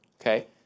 Okay